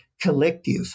collective